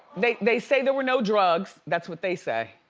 they they say there were no drugs. that's what they say.